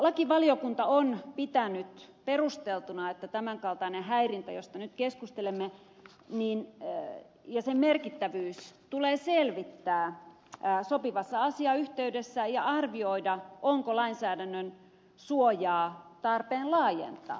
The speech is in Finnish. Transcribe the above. lakivaliokunta on pitänyt perusteltuna että tämänkaltainen häirintä josta nyt keskustelemme ja sen merkittävyys tulee selvittää sopivassa asiayhteydessä ja arvioida onko lainsäädännön suojaa tarpeen laajentaa